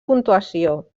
puntuació